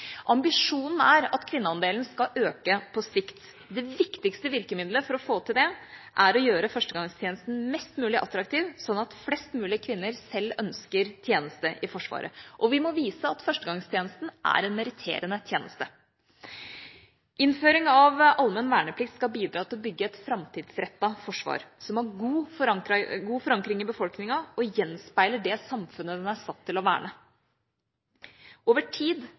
Ambisjonen er at kvinneandelen skal øke på sikt. Det viktigste virkemidlet for å få til det er å gjøre førstegangstjenesten mest mulig attraktiv, sånn at flest mulig kvinner selv ønsker tjeneste i Forsvaret, og vi må vise at førstegangstjenesten er en meritterende tjeneste. Innføring av allmenn verneplikt skal bidra til å bygge et framtidsrettet forsvar som har god forankring i befolkningen og gjenspeiler det samfunnet det er satt til å verne. Over tid